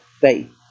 faith